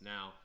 Now